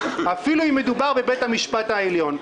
אפילו אם מדובר בבית המשפט העליון.